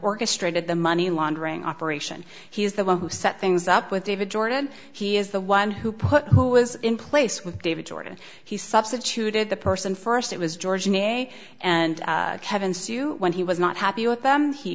orchestrated the money laundering operation he is the one who set things up with david jordan he is the one who put who was in place with david jordan he substituted the person first it was george in a and kevin suit when he was not happy with them he